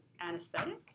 anesthetic